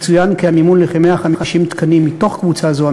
יצוין כי המימון לכ-150 תקנים מתוך קבוצה זו,